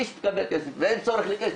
בלי שתקבל כסף ואין צורך לכסף,